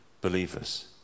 believers